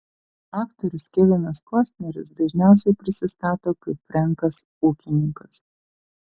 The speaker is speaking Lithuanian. aktorius kevinas kostneris dažniausiai prisistato kaip frenkas ūkininkas